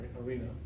arena